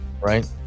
Right